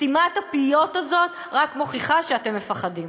סתימת הפיות הזאת רק מוכיחה שאתם מפחדים.